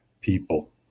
people